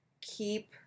keep